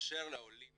מאפשר לעולים